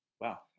Wow